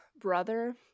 brother